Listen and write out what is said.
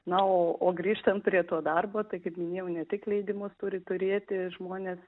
na o o grįžtant prie to darbo tai kaip minėjau ne tik leidimus turi turėti žmonės